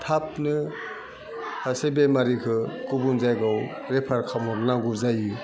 थाबनो सासे बेमारिखो गुबुन जायगायाव रेफार खाम हरनांगौ जायो